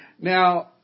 Now